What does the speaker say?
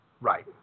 Right